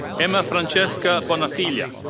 emma francesca bonafiglia.